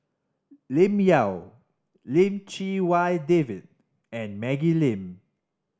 Lim Yau Lim Chee Wai David and Maggie Lim